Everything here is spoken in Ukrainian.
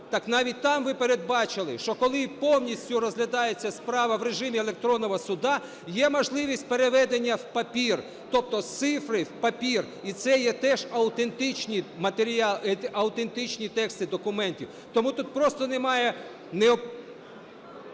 Так навіть там ви передбачили, що коли повністю розглядається справа в режимі електронного суду, є можливість переведення в папір, тобто з цифри в папір. І це є теж автентичні тексти документів. Тому тут просто немає… ГОЛОВУЮЧИЙ.